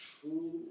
true